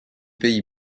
pays